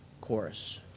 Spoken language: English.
Chorus